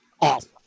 awesome